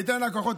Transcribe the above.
וייתן לה כוחות.